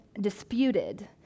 disputed